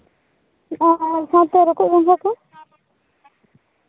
ᱟᱨ ᱥᱟᱶᱛᱮ ᱨᱚᱠᱚᱪ ᱜᱚᱸᱜᱷᱟ ᱠᱚ